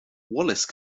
wallace